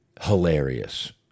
Hilarious